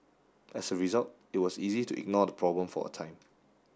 as a result it was easy to ignore the problem for a time